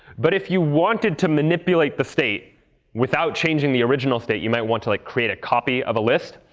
but if you wanted to manipulate the state without changing the original state, you might want to like create a copy of a list.